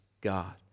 God